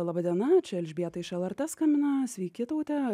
laba diena čia elžbieta iš lrt skambina sveiki taute